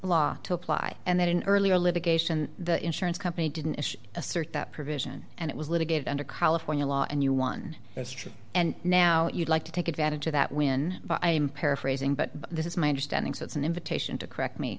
law to apply and that in earlier litigation the insurance company didn't assert that provision and it was litigated under california law and you won history and now you'd like to take advantage of that when i'm paraphrasing but this is my understanding so it's an invitation to correct me